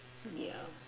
yup